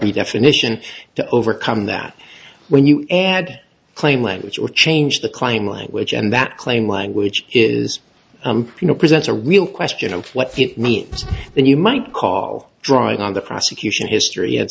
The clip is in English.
quality definition to overcome that when you add claim language or change the claim language and that claim language is you know presents a real question of what few means then you might call drawing on the prosecution history